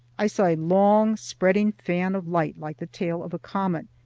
i saw a long spreading fan of light like the tail of a comet,